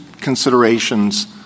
considerations